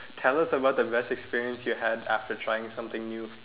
tell us about the best experience you have after trying something new